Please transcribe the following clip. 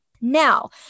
Now